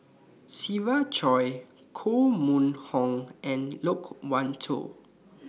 Siva Choy Koh Mun Hong and Loke Wan Tho